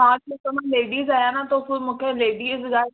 हा त थोरो लेडीस आहियां न तो पोइ मूंखे लेडीस लाइ